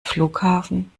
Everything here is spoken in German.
flughafen